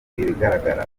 ibigaragara